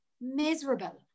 miserable